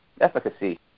efficacy